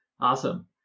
Awesome